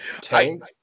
tank